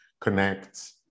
connect